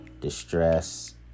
Distress